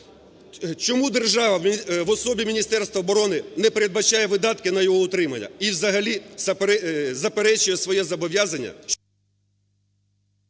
Чому держава в особі Міністерства оборони не передбачає видатки на його утримання і взагалі заперечує своє зобов'язання…